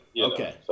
Okay